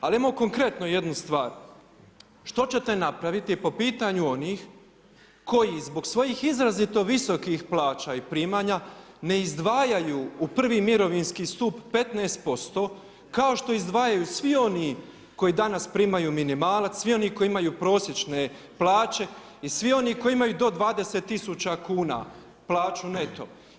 Ali ajmo konkretno jednu stvar, što ćete napraviti po pitanju onih koji zbog svojih izrazito visokih plaća i primanja ne izdvajaju u prvi mirovinski stup 15%, kao što izdvajaju svi oni koji danas primaju minimalac, svi oni koji imaju prosječne plaće i svi oni koji imaju do 20 000 kuna plaću neto?